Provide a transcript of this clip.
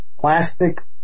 plastic